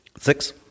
Six